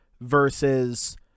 Versus